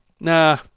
Nah